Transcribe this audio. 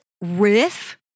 riff